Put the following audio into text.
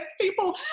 people